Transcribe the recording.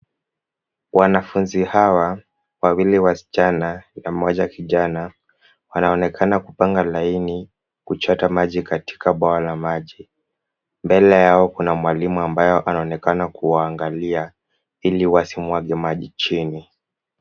Wanafunzi hawa, wawili waschana na mmoja kijana, wanaonekana kupanga laini, kuchota maji katika boha la maji. Mbele yao kuna mwalimu ambaye anaonekana kuwa angalia ili wasimwage maji chini.